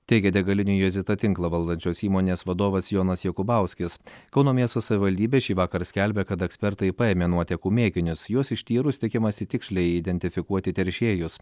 teigė degalinių jozita tinklą valdančios įmonės vadovas jonas jokubauskis kauno miesto savivaldybė šįvakar skelbia kad ekspertai paėmė nuotekų mėginius juos ištyrus tikimasi tiksliai identifikuoti teršėjus